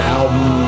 album